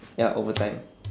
ya over time